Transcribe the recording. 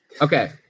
Okay